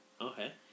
Okay